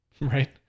Right